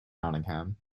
nottingham